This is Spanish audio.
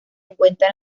encuentra